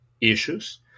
issues